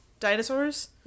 Dinosaurs